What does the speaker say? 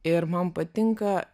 ir man patinka